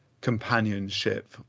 companionship